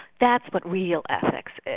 that's what real ethics is,